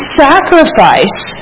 sacrifice